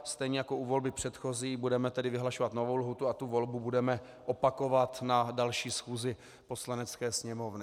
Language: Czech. Stejně jako u volby předchozí, budeme tedy vyhlašovat novou lhůtu a tu volbu budeme opakovat na další schůzi Poslanecké sněmovny.